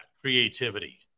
creativity